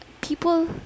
people